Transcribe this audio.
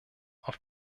auf